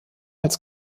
als